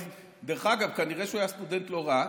דרך אגב, כנראה שהוא היה סטודנט לא רע.